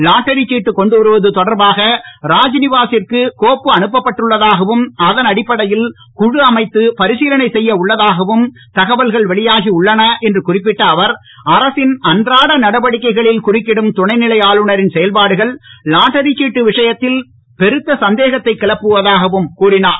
lottery சீட்டு கொண்டுவருவது தொடர்பாக ராஜ்நிவாசிற்கு கோப்பு அனுப்பப் பட்டுள்ளதாகவும் அதன் அடிப்படையில் குழு அமைத்து பரிசலனை செய்ய உள்ளதாகவும் தகவல்கள் வெளியாகி உள்ளன் என்று குறிப்பிட்ட அவர் அரசின் அன்றாட நடவடிக்கைகளில் குறுக்கிடும் துணைநிலை ஆளுனரின் செயல்பாடுகள் லாட்டரி சீட்டு விஷயத்தில் பெருத்த சந்தேகத்தை கிளப்புவதாகவும் கூறினார்